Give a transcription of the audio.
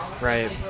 Right